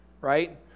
right